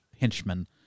henchmen